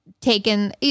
Taken